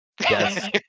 Yes